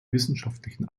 wissenschaftlichen